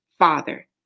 father